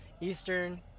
Eastern